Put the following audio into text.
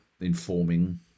informing